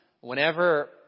Whenever